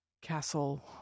Castle